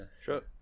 Sure